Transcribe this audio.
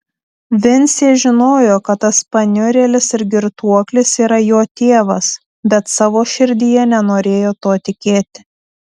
vincė žinojo kad tas paniurėlis ir girtuoklis yra jo tėvas bet savo širdyje nenorėjo tuo tikėti